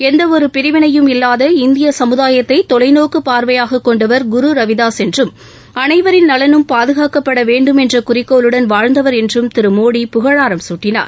எந்தவொரு பிரிவினையும் இல்லாத இந்திய சமுதாயத்தை தொலைநோக்கு பார்வையாக கொண்டவர் குரு ரவிதாஸ் என்றும் அனைவரின் நலனும் பாதுகாக்கப்பட் வேண்டும் என்ற குறிக்கோளுடன் வாழ்ந்தவர் என்றும் திரு மோடி புகழாரம் சூட்டினார்